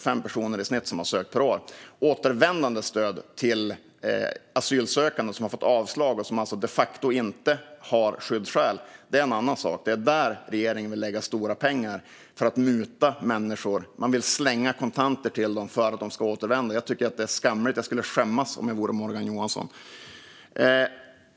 Återvändandestödet till asylsökande som har fått avslag och som alltså de facto inte har skyddsskäl är en annan sak. Det är där regeringen vill lägga stora pengar för att muta människor; man vill slänga kontanter till dem för att de ska återvända. Jag tycker att det är skamligt, och jag skulle skämmas om jag vore Morgan Johansson.